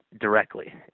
directly